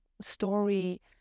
story